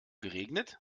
geregnet